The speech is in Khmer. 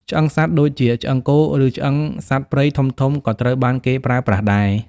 ឆ្អឹងសត្វដូចជាឆ្អឹងគោ ឬឆ្អឹងសត្វព្រៃធំៗក៏ត្រូវបានគេប្រើប្រាស់ដែរ។